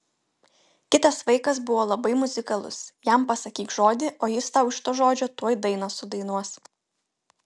kitas vaikas buvo labai muzikalus jam pasakyk žodį o jis tau iš to žodžio tuoj dainą sudainuos